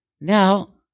Now